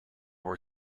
were